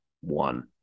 one